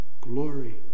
Glory